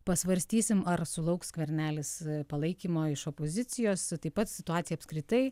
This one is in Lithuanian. pasvarstysim ar sulauks skvernelis palaikymo iš opozicijos taip pat situacija apskritai